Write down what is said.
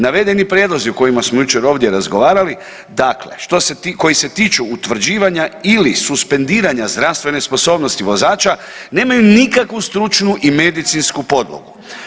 Navedeni prijedlozi o kojima smo jučer ovdje razgovarali, dakle, što se, koji se tiču utvrđivanja ili suspendiranja zdravstvene sposobnosti vozača, nemaju nikakvu stručnu i medicinsku podlogu.